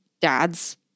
dad's